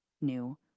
new